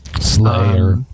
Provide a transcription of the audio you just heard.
Slayer